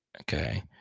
Okay